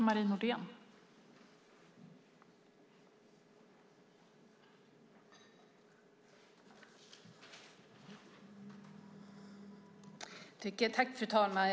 Fru talman!